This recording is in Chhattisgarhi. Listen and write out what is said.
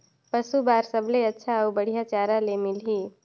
पशु बार सबले अच्छा अउ बढ़िया चारा ले मिलही?